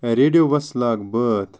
ریڈیووَس لاگ بٲتھ